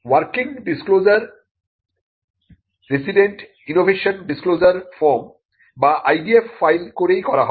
working disclosure resident innovation disclosure form বা IDF file করেই করা হয়